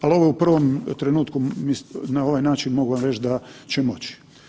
Ali u ovom prvom trenutku na ovaj način mogu vam reći da će moći.